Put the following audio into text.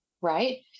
Right